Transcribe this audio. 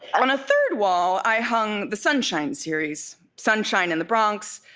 on a third wall i hung the sunshine series sunshine in the bronx,